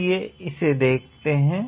चलिए इसे देखते हैं